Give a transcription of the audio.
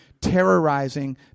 terrorizing